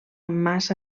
massa